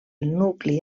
nucli